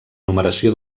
numeració